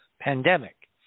pandemic